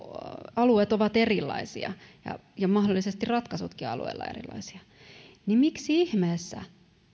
alueet ovat erilaisia ja ja mahdollisesti ratkaisutkin alueella erilaisia niin miksi ihmeessä